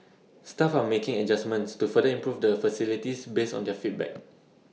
staff are making adjustments to further improve the facilities based on their feedback